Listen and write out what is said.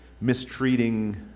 mistreating